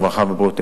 הרווחה והבריאות,